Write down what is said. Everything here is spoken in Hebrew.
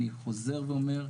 אני חוזר ואומר,